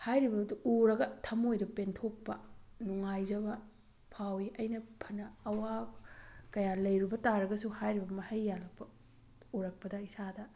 ꯍꯥꯏꯔꯤꯕꯗꯨ ꯎꯔꯒ ꯊꯃꯣꯏꯗ ꯄꯦꯟꯊꯣꯛꯄ ꯅꯨꯡꯉꯥꯏꯖꯕ ꯐꯥꯎꯋꯤ ꯑꯩꯅ ꯐꯅ ꯑꯋꯥꯕ ꯀꯌꯥ ꯂꯩꯔꯨꯕ ꯇꯥꯔꯒꯁꯨ ꯍꯥꯏꯔꯤꯕ ꯃꯍꯩ ꯌꯥꯜꯂꯛꯄ ꯎꯔꯛꯄꯗ ꯏꯁꯥꯗ